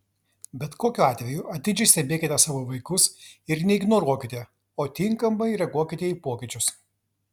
bet kokiu atveju atidžiai stebėkite savo vaikus ir neignoruokite o tinkamai reaguokite į pokyčius